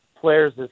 players